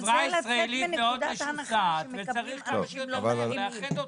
החברה הישראלית מאוד משוסעת וצריך לאחד אותה.